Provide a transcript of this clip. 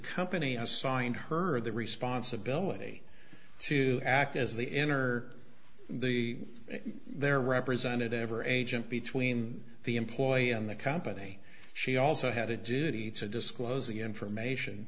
company assigned her the responsibility to act as the enter the their representative ever agent between the employee and the company she also had a duty to disclose the information